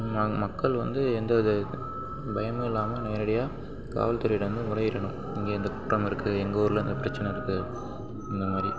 மக்கள் வந்து எந்தவித பயமும் இல்லாமல் நேரடியாக காவல்துறைகிட்ட வந்து முறையிடணும் இங்கே இந்த குற்றம் இருக்குது எங்கள் ஊரில் இந்த பிரச்சனை இருக்குது இந்த மாதிரி